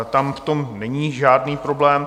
Tam v tom není žádný problém.